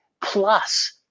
Plus